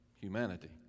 humanity